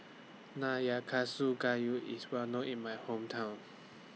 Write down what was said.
Nayakusa Gayu IS Well known in My Hometown